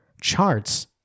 charts